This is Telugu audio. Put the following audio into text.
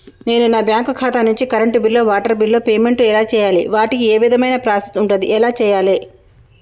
నేను నా బ్యాంకు ఖాతా నుంచి కరెంట్ బిల్లో వాటర్ బిల్లో పేమెంట్ ఎలా చేయాలి? వాటికి ఏ విధమైన ప్రాసెస్ ఉంటది? ఎలా చేయాలే?